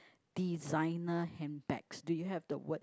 designer handbags do you have the word